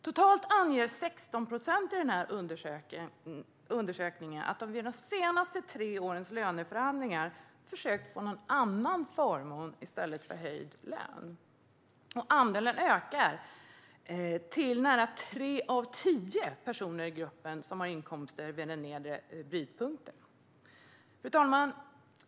Totalt anger 16 procent i undersökningen att de i de senaste tre årens löneförhandlingar försökt att få någon annan förmån än höjd lön, och andelen ökar till nära tre av tio personer i gruppen som har inkomster vid den nedre brytpunkten. Fru talman!